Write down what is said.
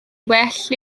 well